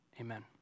Amen